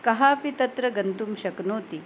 कः अपि तत्र गन्तुं शक्नोति